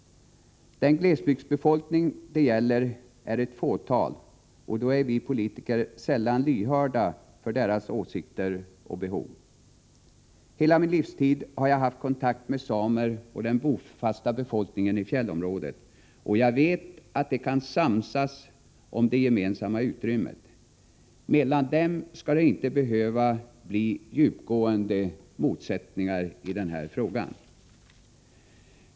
Den glesbygdsbefolkning det gäller är ett fåtal, och vi politiker är sällan lyhörda för små gruppers åsikter och behov. Hela min livstid har jag haft kontakt med samer och den bofasta befolkningen i fjällområdet, och jag vet att de kan samsas om det gemensamma utrymmet. Mellan dem skall det inte behöva bli djupgående motsättningar i denna fråga.